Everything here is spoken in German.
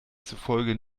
zufolge